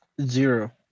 Zero